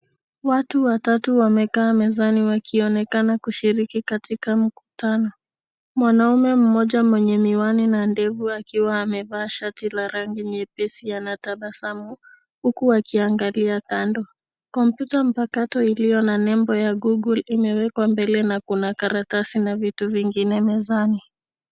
Watu watatu wamekaa mezani wakionekana kushiriki katika mkutano. Mwanaume mmoja mwenye miwani na ndevu akiwa amevaa shati la rangi nyepesi anatabasamu huku akiangalia kando. Kompyuta mpakato iliyo na nembo ya Google imewekwa mbele na kuna karatasi na vitu vingine mezani.